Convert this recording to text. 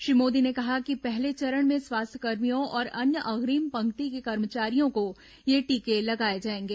श्री मोदी ने कहा है कि पहले चरण में स्वास्थ्यकर्मियों और अन्य अग्रिम पंक्ति के कर्मचारियों को ये टीके लगाए जाएंगे